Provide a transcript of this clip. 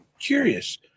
curious